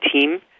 team